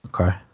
okay